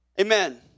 Amen